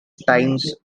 times